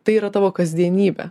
tai yra tavo kasdienybė